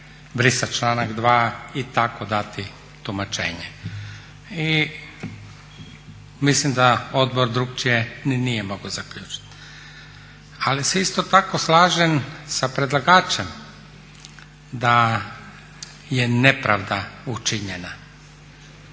brisati članak 2. i tako dati tumačenje. I mislim da odbor drukčije ni nije mogao zaključiti. Ali se isto tako slažem sa predlagačem da je nepravda učinjena